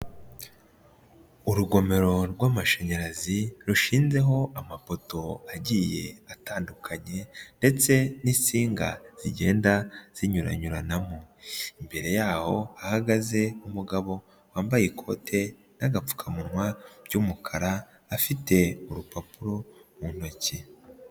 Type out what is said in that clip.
Urugomero rw'amashanyarazi, rushinho amapoto agiye atandukanye ndetse n'insinga zigenda zinyuyuranamo, imbere y'aho ahagaze umugabo wambaye ikote n'agapfukamunwa by'umukara, afite urupapuro mu ntoki.